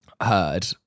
heard